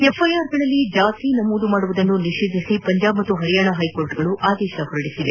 ಎಫ್ಐಆರ್ಗಳಲ್ಲಿ ಜಾತಿ ನಮೂದು ಮಾಡುವುದನ್ನು ನಿಷೇಧಿಸಿ ಪಂಜಾಬ್ ಹಾಗೂ ಪರಿಯಾಣ ಹೈಕೋರ್ಟ್ ಆದೇಶ ಹೊರಡಿಸಿದೆ